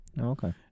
okay